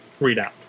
readout